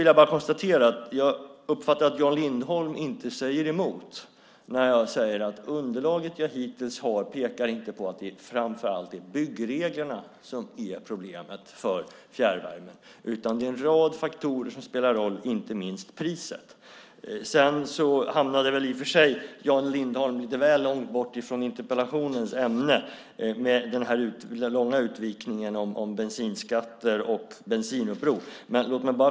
Jag uppfattar att Jan Lindholm inte säger emot när jag säger att det underlag som jag hittills har inte pekar på att det framför allt är byggreglerna som är problemet för fjärrvärme. Det är en rad faktorer som spelar in, inte minst priset. Jan Lindholm hamnade lite väl långt från interpellationens ämne med den långa utvikningen om bensinskatter och bensinuppror.